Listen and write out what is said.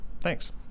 Thanks